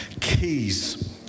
keys